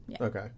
okay